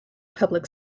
public